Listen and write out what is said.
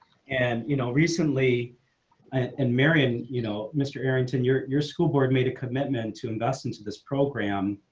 and you know recently and marion, you know, mr arrington your your school board made a commitment to invest into this program.